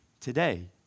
today